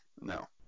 No